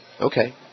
Okay